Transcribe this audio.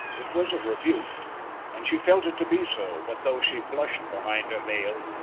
it was a rebuke and she felt it to be so but though she blushed behind her veil,